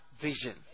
vision